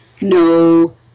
no